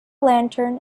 lantern